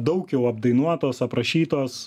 daug jau apdainuotos aprašytos